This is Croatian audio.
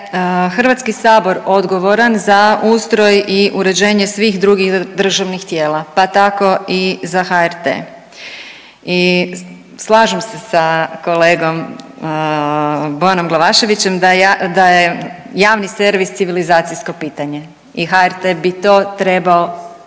da je HS odgovoran za ustroj i uređenje svih drugih državnih tijela, pa tako i za HRT i slažem se sa kolegom Bojanom Glavaševićem da je javni servis civilizacijsko pitanje i HRT bi to trebao